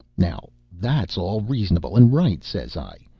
now that's all reasonable and right, says i.